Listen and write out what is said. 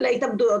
ההתאבדויות.